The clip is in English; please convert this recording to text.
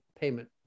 payment